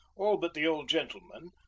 all but the old gentleman,